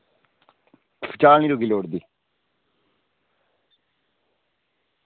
चाल निं त्रुट्टनी लोड़दी